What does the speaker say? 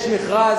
יש מכרז,